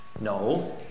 No